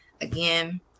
again